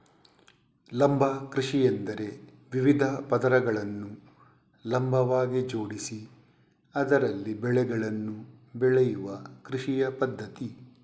ಲಂಬ ಕೃಷಿಯೆಂದರೆ ವಿವಿಧ ಪದರಗಳನ್ನು ಲಂಬವಾಗಿ ಜೋಡಿಸಿ ಅದರಲ್ಲಿ ಬೆಳೆಗಳನ್ನು ಬೆಳೆಯುವ ಕೃಷಿಯ ಪದ್ಧತಿ